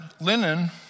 linen